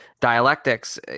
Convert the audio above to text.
dialectics